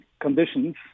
conditions